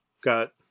got